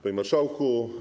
Panie Marszałku!